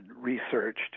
researched